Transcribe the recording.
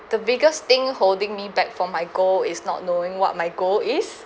the biggest thing holding me back from my goal is not knowing what my goal is